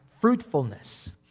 fruitfulness